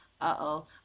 uh-oh